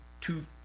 two